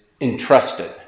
entrusted